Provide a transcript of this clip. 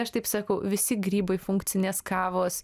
aš taip sakau visi grybai funkcinės kavos